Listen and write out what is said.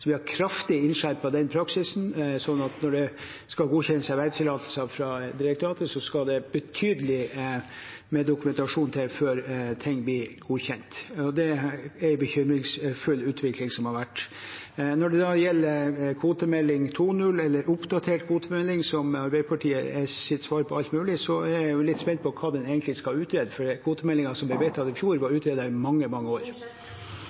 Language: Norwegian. Vi har kraftig innskjerpet den praksisen, slik at når tillatelser skal godkjennes av direktoratet, skal det betydelig med dokumentasjon til før ting blir godkjent. Det er en bekymringsfull utvikling som har vært. Når det gjelder kvotemelding 2.0., eller oppdatert kvotemelding, som er Arbeiderpartiets svar på alt mulig, er jeg litt spent på hva den egentlig skal utgjøre. Kvotemeldingen som ble vedtatt i fjor, var utredet i mange, mange år.